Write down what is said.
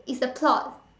it's a plot